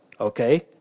okay